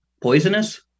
Poisonous